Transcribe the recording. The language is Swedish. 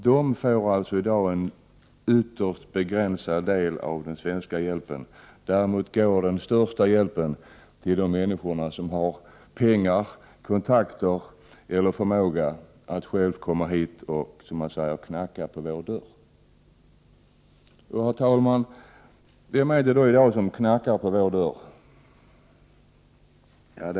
De får i dag en ytterst begränsad del av den svenska hjälpen, medan den största hjälpen däremot går till de människor som har pengar, kontakter eller förmåga att själva komma hit och så att säga knacka på vår dörr. Herr talman! Vem är det då som knackar på vår dörr?